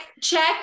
check